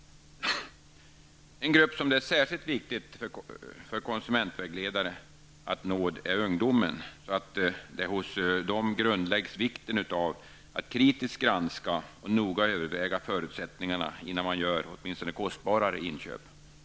En grupp som det är särskilt viktigt för konsumentvägledare att nå är ungdomen, så att vikten av att kritiskt granska och noga överväga förutsättningarna innan man gör -- åtminstone kostbarare -- inköp grundläggs hos dem.